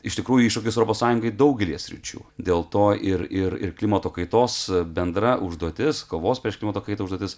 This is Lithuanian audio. iš tikrųjų iššūkis europos sąjungai daugelyje sričių dėl to ir ir ir klimato kaitos bendra užduotis kovos prieš klimato kaitą užduotis